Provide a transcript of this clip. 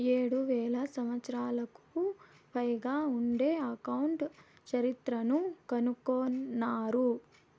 ఏడు వేల సంవత్సరాలకు పైగా ఉండే అకౌంట్ చరిత్రను కనుగొన్నారు